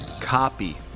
copy